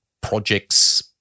projects